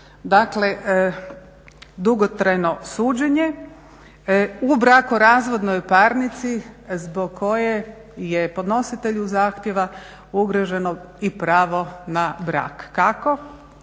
Dakle, dugotrajno suđenje u brakorazvodnoj parnici zbog kojem je podnositelju zahtjeva ugroženo i pravo na brak. Kako?